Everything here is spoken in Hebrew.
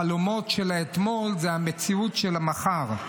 החלומות של אתמול הם המציאות של מחר.